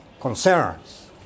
concerns